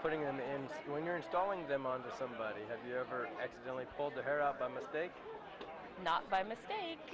putting them in and when you're installing them on to somebody have you ever really pulled her up by mistake not by mistake